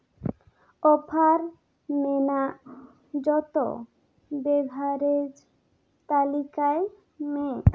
offer ᱢᱮᱱᱟᱜ ᱡᱚᱛᱚ ᱵᱮᱵᱷᱟᱨᱮᱡ ᱛᱟᱹᱞᱤᱠᱟᱭ ᱢᱮ